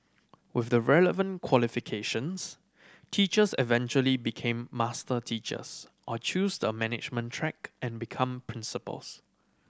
with the relevant qualifications teachers eventually become master teachers or choose the management track and become principals